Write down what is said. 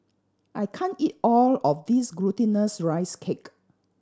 I can't eat all of this Glutinous Rice Cake